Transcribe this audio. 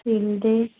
ᱥᱤᱞᱫᱟᱹ